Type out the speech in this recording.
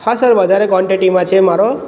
હા સર વધારે ક્વૉન્ટિટીમાં છે મારો